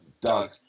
Doug